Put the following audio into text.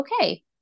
okay